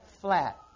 Flat